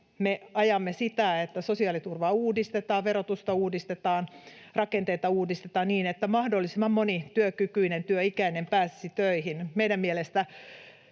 me ajamme sitä, että sosiaaliturvaa uudistetaan, verotusta uudistetaan, rakenteita uudistetaan, niin että mahdollisimman moni työkykyinen työikäinen pääsisi töihin. Meidän mielestämme